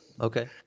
Okay